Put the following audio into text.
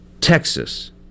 Texas